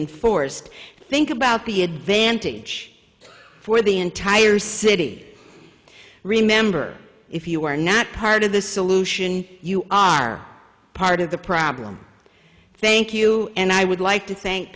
enforced think about the advantage for the entire city remember if you are not part of the solution you are part of the problem thank you and i would like to thank